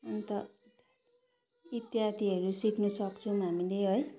अन्त इत्यादिहरू सिक्न सक्छौँ हामीले है